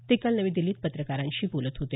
ते काल नवी दिल्लीत पत्रकारांशी बोलत होते